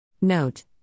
Note